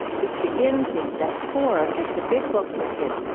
this begins with step four, as the big book puts it,